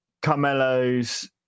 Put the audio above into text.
Carmelo's